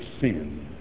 sin